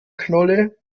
knolle